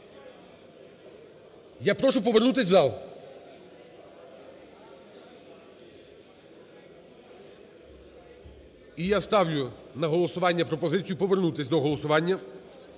Я прошу повернутись в зал. І я ставлю на голосування пропозицію повернутись до голосування